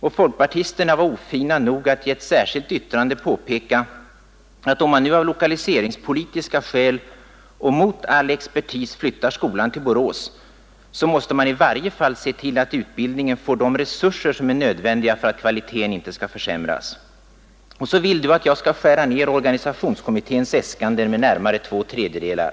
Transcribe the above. Och folkpartisterna var ofina nog att i ett särskilt yttrande påpeka att om man nu av lokaliseringspolitiska skäl och mot all expertis flyttar skolan till Borås, så måste man i varje fall se till att utbildningen får de resurser som är nödvändiga för att kvaliteten inte skall försämras. Och så vill du att jag skall skära ner organisationskommitténs äskanden med närmare två tredjedelar!